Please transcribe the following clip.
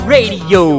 Radio